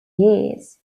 years